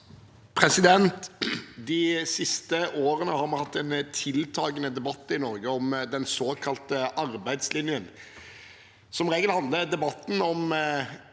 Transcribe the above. De siste årene har vi hatt en tiltakende debatt i Norge om den såkalte arbeidslinjen. Som regel handler debatten om